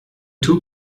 two